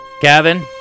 Kevin